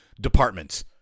departments